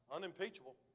Unimpeachable